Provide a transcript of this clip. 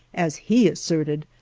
as he asserted,